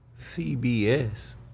cbs